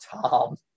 Tom